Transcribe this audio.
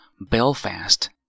Belfast